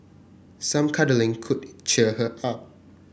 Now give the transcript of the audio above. some cuddling could cheer her up